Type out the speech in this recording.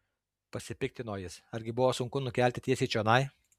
pasipiktino jis argi buvo sunku nukelti tiesiai čionai